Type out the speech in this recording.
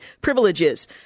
privileges